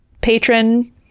patron